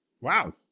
Wow